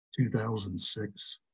2006